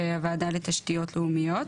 הוועדה לתשתיות לאומיות.